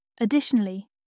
Additionally